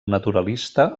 naturalista